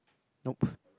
nope